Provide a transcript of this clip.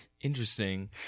Interesting